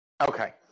Okay